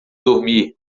dormir